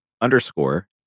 underscore